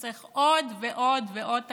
צריך עוד ועוד ועוד תפקידים,